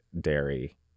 dairy